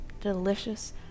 delicious